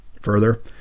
Further